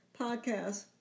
podcast